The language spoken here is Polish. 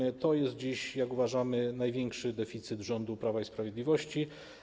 I to jest dziś, jak uważamy, największy deficyt rządu Prawa i Sprawiedliwości.